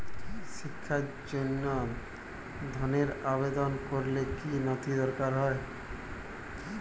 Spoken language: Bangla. শিক্ষার জন্য ধনের আবেদন করলে কী নথি দরকার হয়?